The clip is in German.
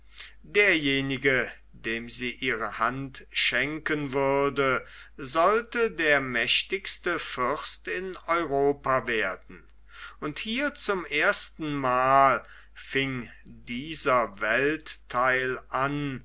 derjenige dem sie ihre hand schenken würde sollte der mächtigste fürst in europa werden und hier zum ersten mal fing dieser welttheil an